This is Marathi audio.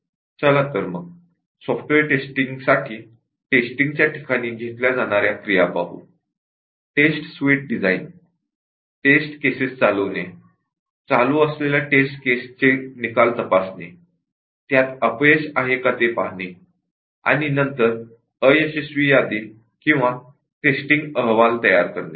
चला तर मग सॉफ्टवेअर टेस्टिंगसाठी टेस्टिंगच्या ठिकाणी घेतल्या जाणाऱ्या क्रिया पाहू test suite design test cases execute करणे चालू असलेल्या टेस्ट केसचे रिज़ल्ट तपासने आणि त्यात फेलियर आहे का ते पाहणे आणि नंतर फेलियर यादी किंवा टेस्टिंग रिपोर्ट तयार करणे